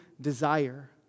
desire